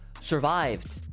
survived